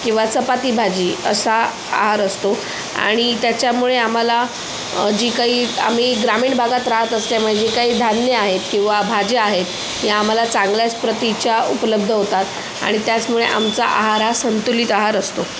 किंवा चपाती भाजी असा आहार असतो आणि त्याच्यामुळे आम्हाला जी काही आम्ही ग्रामीण भागात राहत असल्यामुळे जे काही धान्य आहेत किंवा भाज्या आहेत या आम्हाला चांगल्याच प्रतीच्या उपलब्ध होतात आणि त्याचमुळे आमचा आहार हा संतुलित आहार असतो